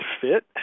fit